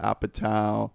Apatow